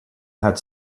had